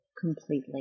completely